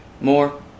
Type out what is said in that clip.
more